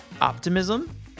Optimism